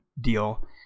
deal